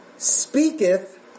speaketh